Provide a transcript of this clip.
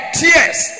tears